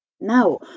Now